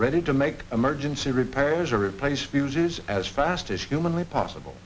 ready to make emergency repairs or replace fuses as fast as humanly possible